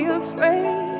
afraid